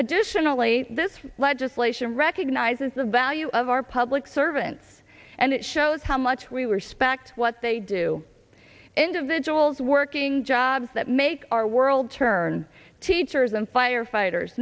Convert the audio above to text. additionally this legislation recognizes the value of our public servants and it shows how much we respect what they do individuals working jobs that make our world turn teachers and firefighters